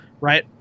right